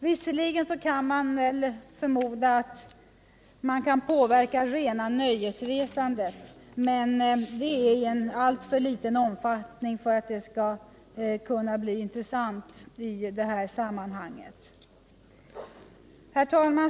Visserligen kan måhända det rena nöjesresandet påverkas, men av allt att döma är detta av en alltför ringa omfattning för att verkligen vara intressant i sammanhanget.